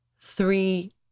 three